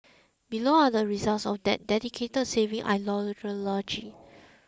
below are the results of that dedicated saving ideology